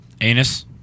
Anus